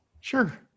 Sure